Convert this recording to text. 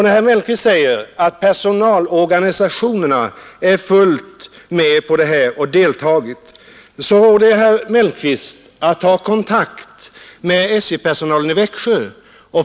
När herr Mellqvist säger att personalorganisationerna är helt med på detta och att de har deltagit vid frågans behandling råder jag herr Mellqvist att ta kontakt med SJ-personalen i Växjö.